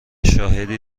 شاهدی